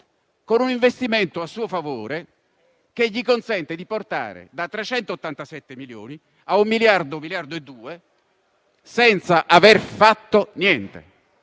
con un investimento a suo favore che le consente di passare da 387 milioni a 1-1,2 miliardi senza aver fatto niente.